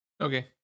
Okay